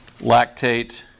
lactate